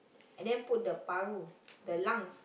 and then put the paru the lungs